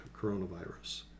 coronavirus